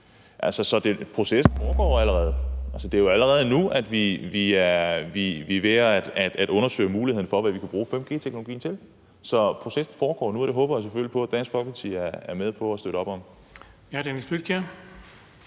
Så processen foregår allerede, og det er jo allerede nu, at vi er ved at undersøge muligheden for, hvad vi kan bruge 5G-teknologien til. Så processen foregår nu, og det håber jeg selvfølgelig på at Dansk Folkeparti er med på at støtte op om.